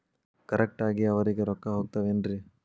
Correct ಆಗಿ ಅವರಿಗೆ ರೊಕ್ಕ ಹೋಗ್ತಾವೇನ್ರಿ?